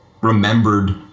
remembered